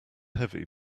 heavy